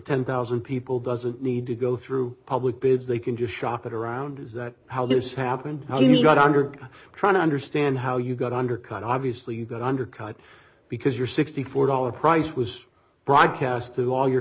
ten thousand people doesn't need to go through public bids they can just shop it around is that how this happened how you got underground trying to understand how you got undercut obviously that undercut because your sixty four dollars price was broadcast to all your